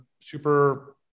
super